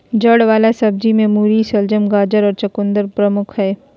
जड़ वला सब्जि में मूली, शलगम, गाजर और चकुंदर प्रमुख हइ